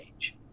age